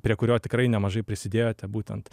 prie kurio tikrai nemažai prisidėjote būtent